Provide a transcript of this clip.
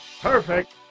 perfect